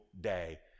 day